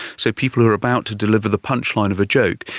so people who are about to deliver the punchline of a joke,